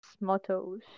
mottos